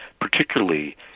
particularly